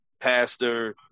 pastor